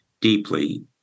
deeply